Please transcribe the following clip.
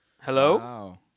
hello